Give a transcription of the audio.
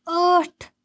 ٲٹھ